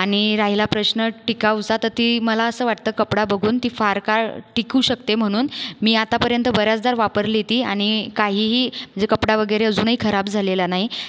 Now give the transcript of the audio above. आणि राहिला प्रश्न टिकाऊचा तर ती मला असं वाटतं कपडा बघून ती फार काळ टिकू शकते म्हणून मी आतापर्यंत बऱ्याचदा वापरली ती आणि काहीही जे कपडा वगैरे अजूनही खराब झालेला नाही